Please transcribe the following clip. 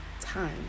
time